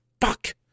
fuck